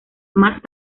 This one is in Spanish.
más